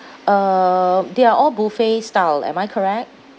um they are all buffet style am I correct